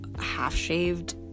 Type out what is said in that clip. half-shaved